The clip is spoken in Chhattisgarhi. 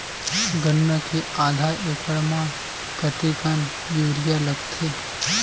गन्ना के आधा एकड़ म कतेकन यूरिया लगथे?